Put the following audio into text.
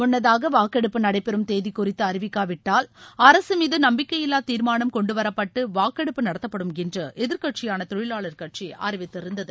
முன்னதாக வாக்கெடுப்பு நடைபெறும் தேதி குறித்து அறிவிக்காவிட்டால் அரசு மீது நம்பிக்கையில்லா தீர்மானம் கொண்டு வரப்பட்டு வாக்கெடுப்பு நடத்தப்படும் என்று எதிர்கட்சியான தொழிவாளர் கட்சி அறிவித்திருந்தது